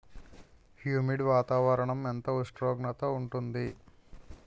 Humid వాతావరణం ఎంత ఉష్ణోగ్రత ఉంటుంది?